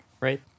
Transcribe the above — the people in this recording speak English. right